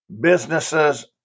businesses